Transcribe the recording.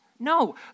No